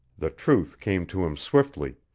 the truth came to him swiftly.